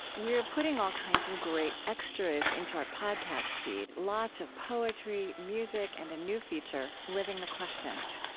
we're putting all kinds of great extras into our podcast feed lots of poetry, music, and a new feature living the questions.